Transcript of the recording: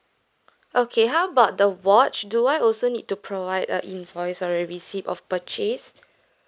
okay how about the watch do I also need to provide a invoice or a receipt of purchase